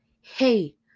hey